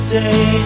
day